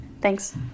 thanks